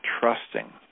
trusting